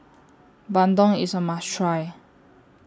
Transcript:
Bandung IS A must Try